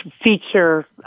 feature